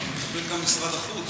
מטפל גם משרד החוץ.